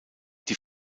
die